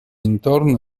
intorno